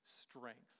strength